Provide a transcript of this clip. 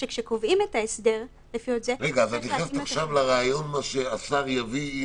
שכשקובעים את ההסדר --- אז את נכנסת עכשיו לרעיון שהשר יביא,